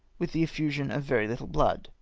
with the effusion of very little blood.